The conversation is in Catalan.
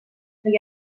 que